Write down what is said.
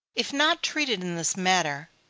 if not treated in this manner,